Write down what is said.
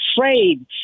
afraid